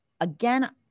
again